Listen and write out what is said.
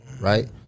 Right